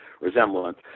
resemblance